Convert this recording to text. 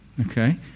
Okay